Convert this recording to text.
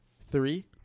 three